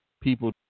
people